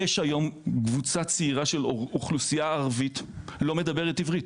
יש היום קבוצה צעירה של אוכלוסייה ערבית שלא מדברת עברית,